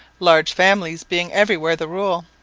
large families being everywhere the rule.